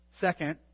Second